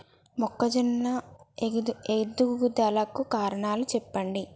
మొక్కజొన్న పంట ఎదుగుదల కు కారణాలు చెప్పండి?